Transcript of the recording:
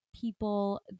people